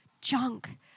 junk